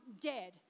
dead